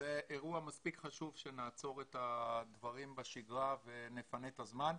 זה אירוע מספיק חשוב שנעצור את הדברים בשגרה ונפנה את הזמן.